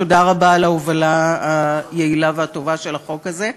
תודה רבה על ההובלה היעילה והטובה של החוק הזה.